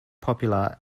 popular